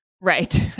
Right